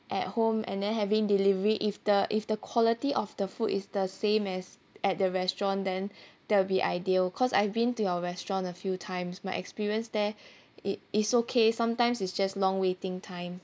at home and then having delivery if the if the quality of the food is the same as at the restaurant then that will be ideal cause I've been to your restaurant a few times my experience there it is okay sometimes is just long waiting time